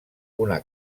una